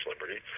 liberty